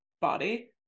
body